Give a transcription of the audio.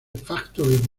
factory